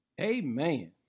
Amen